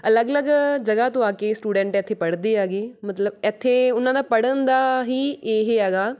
ਅਲੱਗ ਅਲੱਗ ਜਗ੍ਹਾ ਤੋਂ ਆ ਕੇ ਸਟੂਡੈਂਟ ਇੱਥੇ ਪੜ੍ਹਦੇ ਹੈਗੇ ਮਤਲਬ ਇੱਥੇ ਉਹਨਾਂ ਦਾ ਪੜ੍ਹਨ ਦਾ ਹੀ ਇਹ ਹੈਗਾ